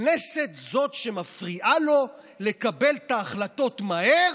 הכנסת זאת שמפריעה לו לקבל את ההחלטות מהר